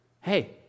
Hey